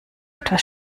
etwas